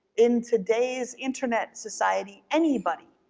in today's internet society, anybody